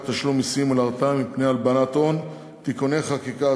תשלום מסים ולהרתעה מפני הלבנת הון) (תיקוני חקיקה),